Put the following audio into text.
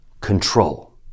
control